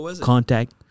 contact